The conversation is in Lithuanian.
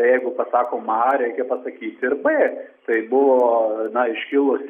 jeigu pasakom a reikia pasakyti ir b tai buvo na iškilusi